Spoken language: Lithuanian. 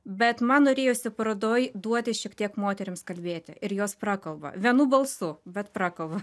bet man norėjosi parodoj duoti šiek tiek moterims kalbėti ir jos prakalba vienu balsu bet prakalba